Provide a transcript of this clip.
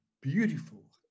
beautiful